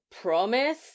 promise